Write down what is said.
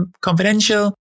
confidential